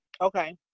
Okay